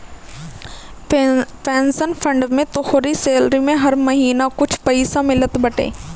pension fund में तोहरी salary से हर महिना कुछ पईसा मिलत बाटे